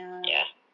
ya